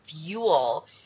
fuel